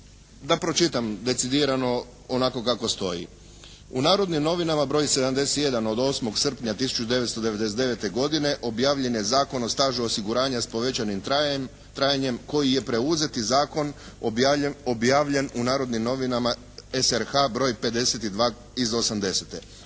Da pročitam decidirano onako kako stoji. "U "Narodnim novinama" broj 71. od 8. srpnja 1999. godine objavljen je Zakon o stažu osiguranja s povećanim trajanjem koji je preuzeti zakon objavljen u "Narodnim novinama" SRH broj 52/80.".